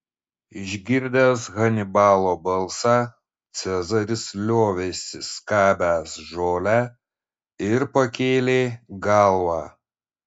išgirdęs hanibalo balsą cezaris liovėsi skabęs žolę ir pakėlė galvą